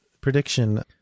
prediction